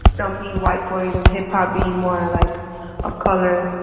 thumpy white boys and hip-hop being more like of color,